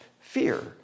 fear